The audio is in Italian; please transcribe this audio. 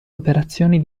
operazioni